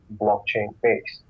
blockchain-based